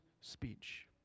speech